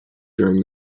during